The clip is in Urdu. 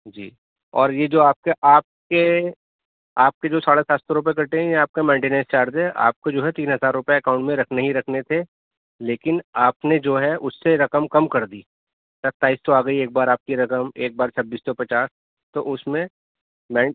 جی اور یہ جو آپ کے آپ کے آپ کے جو ساڑھے سات سو روپے کٹے ہیں یہ آپ کا مینٹیننس چارج ہے آپ کو جو ہے تین ہزار روپے اکاؤنٹ میں رکھنے ہی رکھنے تھے لیکن آپ نے جو ہے اس سے رکم کم کر دی ستائیس سو آ گئی ایک بار آپ کی رکم ایک بار چھبیس سو پچاس تو اس میں بینک